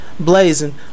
Blazing